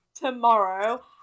tomorrow